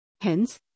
Hence